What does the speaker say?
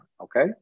okay